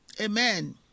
amen